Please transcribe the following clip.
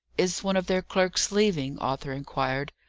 is one of their clerks leaving? arthur inquired.